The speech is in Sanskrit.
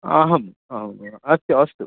अहम् आम् अस्तु अस्तु